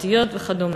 דתיות וכדומה.